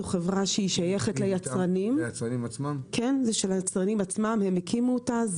זו חברה ששייכת ליצרנים עצמם, הם הקימו אותה.